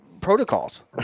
protocols